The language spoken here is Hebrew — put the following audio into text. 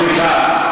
סליחה.